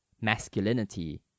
Masculinity